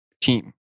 team